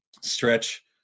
stretch